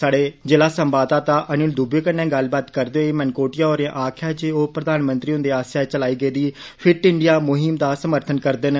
स्हाड़े ज़िला संवाददाता अनिल दूबे कन्नै गल्लबात करदे होई मनकोटिया होरें आक्खेआ जे ओह् प्रधानमंत्री हुन्दे आस्सेआ चलाई गेदी फिट इंडिया मुहीम दा समर्थन करदे न